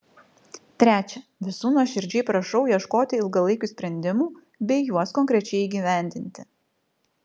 trečia visų nuoširdžiai prašau ieškoti ilgalaikių sprendimų bei juos konkrečiai įgyvendinti